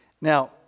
Now